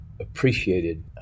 appreciated